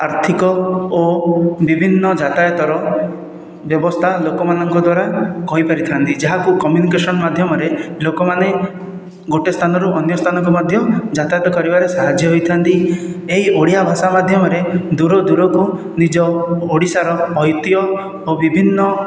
ଆର୍ଥିକ ଓ ବିଭିନ୍ନ ଯାତାୟାତରେ ବ୍ୟବସ୍ଥା ଲୋକମାନଙ୍କ ଦ୍ୱାରା କହି ପାରିଥାନ୍ତି ଯାହାକୁ କମ୍ୟୁନିକେସନ ମାଧ୍ୟମରେ ଲୋକମାନେ ଗୋଟିଏ ସ୍ଥାନରୁ ଅନ୍ୟ ସ୍ଥାନକୁ ମଧ୍ୟ ଯାତାୟାତ କରିବାରେ ସାହାଯ୍ୟ ହୋଇଥାନ୍ତି ଏହି ଓଡ଼ିଆ ଭାଷା ମାଧ୍ୟମରେ ଦୂର ଦୂରକୁ ନିଜ ଓଡିଶାର ଐତିହ୍ୟ ଓ ବିଭିନ୍ନ